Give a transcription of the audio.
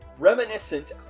Reminiscent